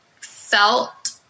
felt